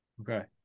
Okay